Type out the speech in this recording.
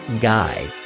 guy